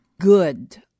good